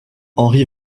henri